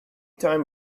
time